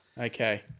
Okay